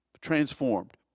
transformed